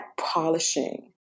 polishing